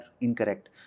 incorrect